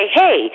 hey